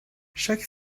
chaque